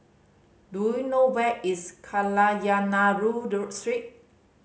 do you know where is Kadayanallur Street